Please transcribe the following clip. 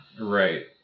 Right